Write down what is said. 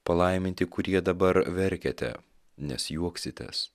palaiminti kurie dabar verkiate nes juoksitės